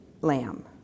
lamb